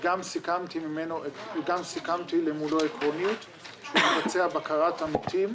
וגם סיכמתי למולו עקרונית שנבצע בקרת עמיתים